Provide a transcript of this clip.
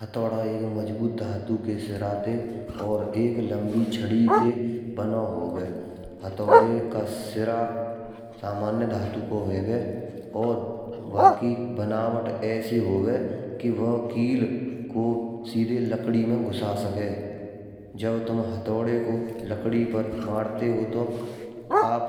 हथौड़ा एक मजबूत धातु के शिरा ते और एक लम्बी छड़ी ते बना होवे। हथौड़े का शिरा सामान्य धातु का हेवे और वाकी बनावट ऐसी होवे कि वह कील को सीधे लकड़ी मा घुसा सके। जब तुम हथौड़े को लकड़ी पर मारते हो तो आप